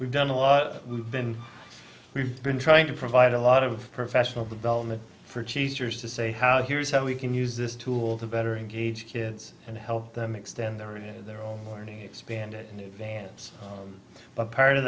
we've done a lot we've been we've been trying to provide a lot of professional development for teachers to say how here's how we can use this tool to better engage kids and help them extend their in their own learning expanded new bands but part of